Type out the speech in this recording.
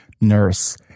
nurse